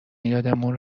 یادمون